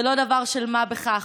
זה לא דבר של מה בכך,